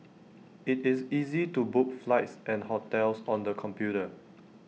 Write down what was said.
IT is easy to book flights and hotels on the computer